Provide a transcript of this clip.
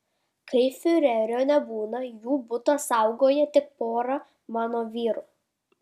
kai fiurerio nebūna jų butą saugoja tik pora mano vyrų